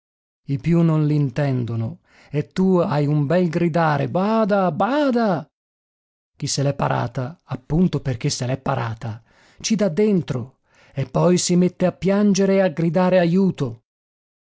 i più non l'intendono e tu hai un bel gridare bada bada chi se l'è parata appunto perché se l'è parata ci dà dentro e poi si mette a piangere e a gridare ajuto